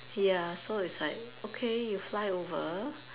ya so is like okay you fly over